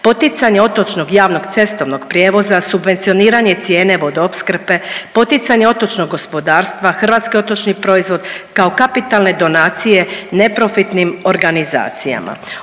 poticanje otočnog javnog cestovnog prijevoza, subvencioniranje cijene vodoopskrbe, poticanje otočnog gospodarstva, hrvatski otočni proizvod kao kapitalne donacije neprofitnim organizacijama.